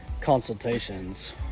consultations